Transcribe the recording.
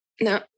No